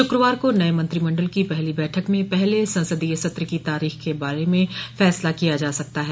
शुक्रवार को नये मंत्रिमण्डल की पहली बैठक में पहले संसदीय सत्र की तारीख के बारे में फैसला किया जा सकता है